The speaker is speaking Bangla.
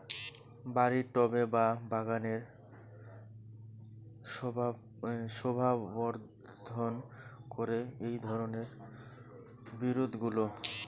বাড়ির টবে বা বাগানের শোভাবর্ধন করে এই ধরণের বিরুৎগুলো